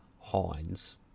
Hines